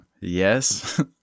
yes